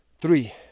three